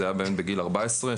זה היה בגיל 14,